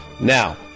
Now